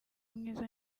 mwiza